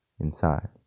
inside